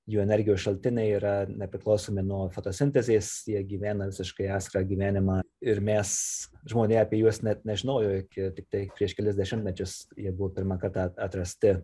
jų energijos šaltiniai yra nepriklausomi nuo fotosintezės jie gyvena visiškai atskirą gyvenimą ir mes žmonija apie juos net nežinojo iki tiktai prieš kelis dešimtmečius jie buvo pirmą kartą atrasti